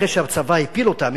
אחרי שהצבא הפיל אותם,